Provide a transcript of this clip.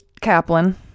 Kaplan